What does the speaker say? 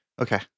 Okay